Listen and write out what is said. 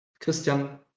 Christian